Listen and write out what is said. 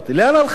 לאן הלכה?